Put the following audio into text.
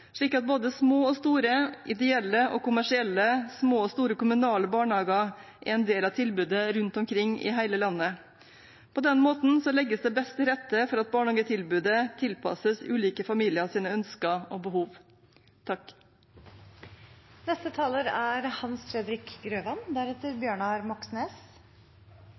slik at både små og store ideelle og kommersielle og små og store kommunale barnehager er en del av tilbudet rundt omkring i hele landet. På den måten legges det best til rette for at barnehagetilbudet tilpasses ulike familiers ønsker og behov.